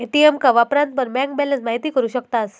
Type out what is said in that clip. ATM का वापरान पण बँक बॅलंस महिती करू शकतास